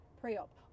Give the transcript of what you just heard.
pre-op